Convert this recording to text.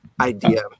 idea